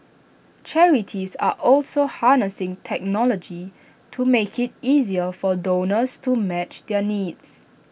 charities are also harnessing technology to make IT easier for donors to match their needs